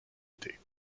côté